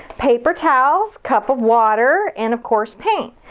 paper towels, cup of water, and of course paint.